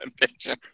picture